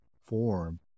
form